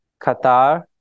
Qatar